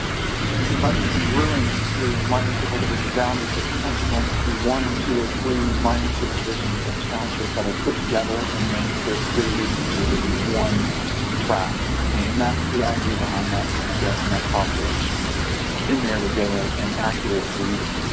might be congruent to minor civil division boundaries but sometimes you're going to see one or two or three minor civil divisions or townships that are put together and they're created into just one tract okay and that's the idea behind that get enough population in there together an accurate reading.